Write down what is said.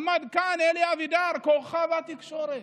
אמר כאן אלי אבידר, כוכב התקשורת: